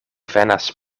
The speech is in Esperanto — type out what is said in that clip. venas